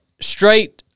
straight